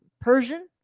Persian